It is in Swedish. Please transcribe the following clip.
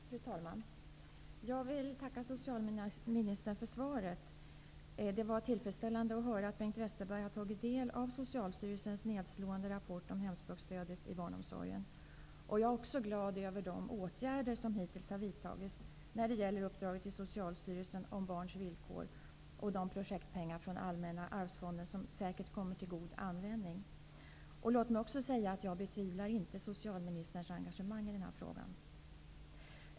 Fru talman! Jag vill tacka socialministern för svaret. Det var tillfredsställande att höra att Bengt Westerberg tagit del av Socialstyrelsens nedslående rapport om hemspråksstödet i barnomsorgen. Jag är också glad över de åtgärder som hittills har vidtagits när det gäller uppdraget till Socialstyrelsen om barns villkor och de projektpengar från Allmänna arvsfonden som säkert kommer till god användning. Låt mig också säga att jag inte betvivlar socialministerns engagemang i denna fråga.